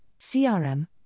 CRM